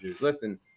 Listen